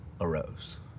arose